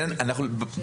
החוק?